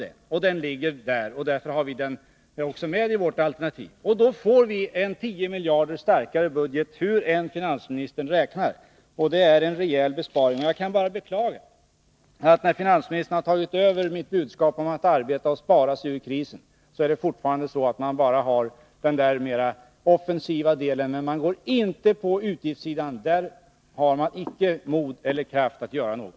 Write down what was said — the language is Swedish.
Därför har vi också med en momssänking i vårt alternativ. Därmed får vi en 10 miljarder starkare budget, hur än finansministern räknar, och det är en rejäl besparing. Jag kan bara beklaga att finansministern, efter att han fått mitt budskap om att arbeta och spara sig ur krisen, bara har med den mera offensiva delen men inte går in på utgiftssidan. Där har man icke mod eller kraft att göra något.